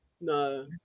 No